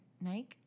Nike